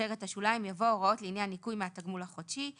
כותרת השוליים יבוא "הוראות לעניין ניכוי מהתגמול החודשי";